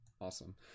Awesome